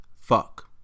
Fuck